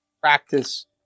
practice